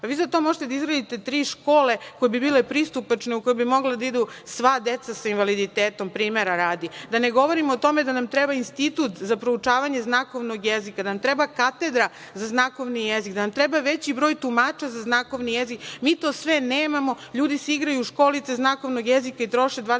vi za to možete da izradite tri škole koje bi bile pristupačne u koje bi mogle da idu sva deca sa invaliditetom primera radi, da ne govorim o tome da nam treba institut za proučavanje znakovnog jezika, da nam treba katedra za znakovni jezik, da nam treba veći broj tumača za znakovni jezik. Mi to sve nemamo, ljudi se igraju školice znakovnog jezika i troše 26